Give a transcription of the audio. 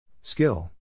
Skill